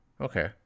Okay